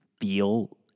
feel